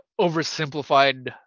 oversimplified